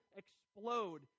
explode